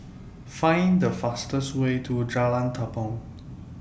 Find The fastest Way to Jalan Tepong